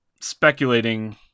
speculating